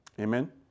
Amen